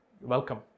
welcome